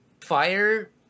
fire